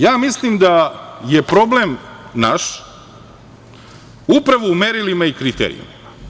Prema tome, ja mislim da je problem naš upravo u merilima i kriterijumima.